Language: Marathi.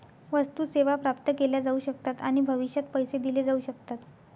वस्तू, सेवा प्राप्त केल्या जाऊ शकतात आणि भविष्यात पैसे दिले जाऊ शकतात